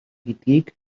гэдгийг